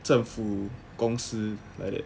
政府公司 like that